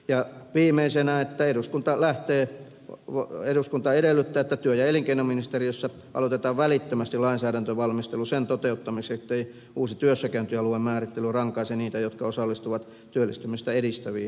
ja viimeisenä että eduskunta edellyttää että työ ja elinkeinoministeriössä aloitetaan välittömästi lainsäädäntövalmistelu sen toteuttamiseksi ettei uusi työssäkäyntialuemäärittely rankaise niitä jotka osallistuvat työllistymistä edistäviin toimenpiteisiin